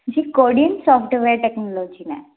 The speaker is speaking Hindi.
जी कोडियंस सॉफ्टवेयर टेक्नोलॉजी में